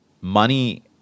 money